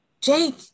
Jake